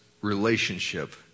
relationship